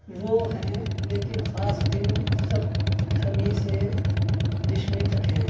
وہ ہیں لیکن خاص دن سپتھمی سے دشمی تک ہیں